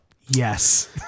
Yes